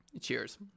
Cheers